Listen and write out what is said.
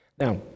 Now